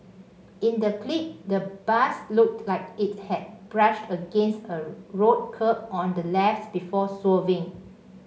in the clip the bus looked like it had brushed against a road curb on the left before swerving